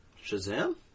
Shazam